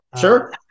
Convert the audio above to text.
Sure